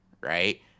right